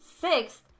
sixth